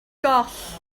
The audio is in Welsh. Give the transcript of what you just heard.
goll